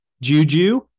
Juju